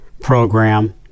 program